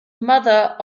mother